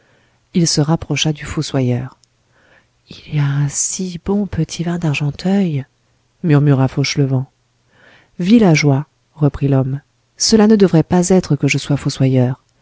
il se rapprocha du fossoyeur il y a un si bon petit vin d'argenteuil murmura fauchelevent villageois reprit l'homme cela ne devrait pas être que je sois fossoyeur